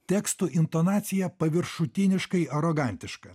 tekstų intonacija paviršutiniškai arogantiška